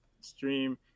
stream